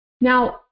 Now